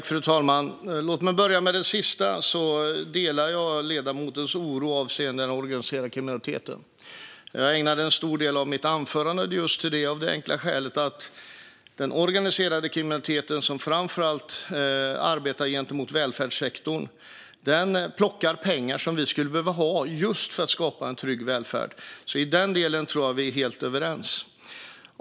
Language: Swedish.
Fru talman! Låt mig börja med det sista. Jag delar ledamotens oro avseende den organiserade kriminaliteten. Jag ägnade en stor del av mitt anförande åt just det, av det enkla skälet att den organiserade kriminaliteten som framför allt arbetar gentemot välfärdssektorn plockar pengar som vi skulle behöva just för att skapa en trygg välfärd. I den delen tror jag att vi är helt överens.